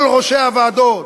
כל ראשי הוועדות.